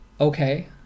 okay